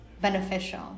beneficial